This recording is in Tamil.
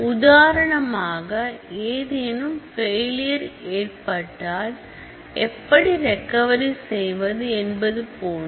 உதாரணமாக ஏதேனும் ஃபெயிலியர் ஏற்பட்டால் எப்படி ரெக்கவரி செய்வது என்பது போன்று